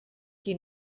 qui